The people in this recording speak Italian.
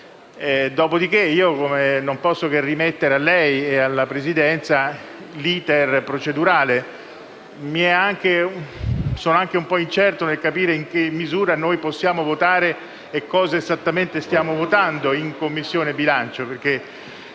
Dopodiché, non posso che rimettere a lei e alla Presidenza l'*iter* procedurale. Sono anche incerto nel capire in che misura noi possiamo votare e cosa esattamente stiamo votando in Commissione bilancio.